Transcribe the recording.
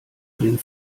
den